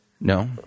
No